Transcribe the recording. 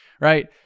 right